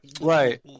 Right